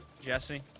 Jesse